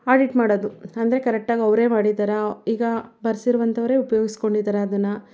audit ಮಾಡೋದು ಅಂದರೆ ಕರೆಕ್ಟಾಗಿ ಅವರೇ ಮಾಡಿದ್ದಾರೆ ಈಗ ಬರ್ಸಿರುವಂಥವ್ರೇ ಉಪಯೋಗಿಸ್ಕೊಂಡಿದ್ದಾರೆ ಅದನ್ನು